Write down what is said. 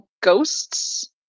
Ghosts